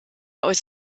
aus